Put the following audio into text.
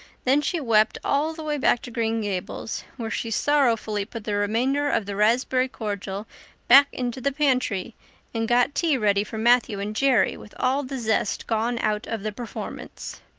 then she wept all the way back to green gables, where she sorrowfully put the remainder of the raspberry cordial back into the pantry and got tea ready for matthew and jerry, with all the zest gone out of the performance.